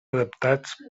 adaptats